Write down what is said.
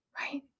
Right